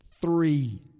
three